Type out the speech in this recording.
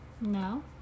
No